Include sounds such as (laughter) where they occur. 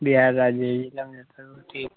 बिहार राज्य ज़िला (unintelligible) ठीक